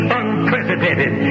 unprecedented